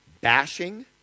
bashing